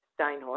Steinhorst